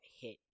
hit